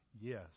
Yes